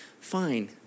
fine